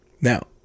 Now